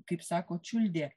kaip sako čiuldė